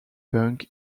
bank